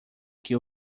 que